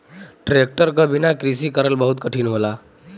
tractor क बिना कृषि करल बहुत कठिन होला